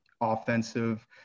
offensive